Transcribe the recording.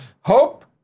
Hope